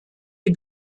die